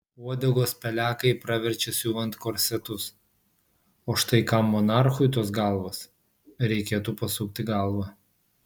uodegos pelekai praverčia siuvant korsetus o štai kam monarchui tos galvos reikėtų pasukti galvą